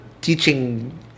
teaching